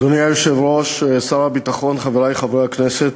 אדוני היושב-ראש, שר הביטחון, חברי חברי הכנסת,